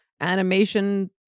animation